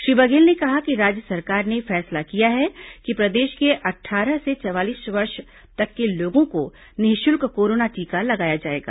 श्री बघेल ने कहा कि राज्य सरकार ने फैसला किया है कि प्रदेश के अट्ठारह से चवालीस वर्ष तक के लोगों को निःशुल्क कोरोना टीका लगाया जाएगा